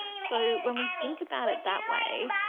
so when we think about it that way,